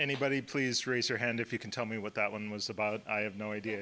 anybody please raise your hand if you can tell me what that one was about i have no idea